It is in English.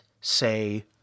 say